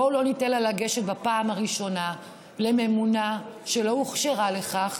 בואו לא ניתן לה לגשת בפעם הראשונה לממונה שלא הוכשרה לכך,